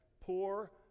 poor